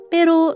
Pero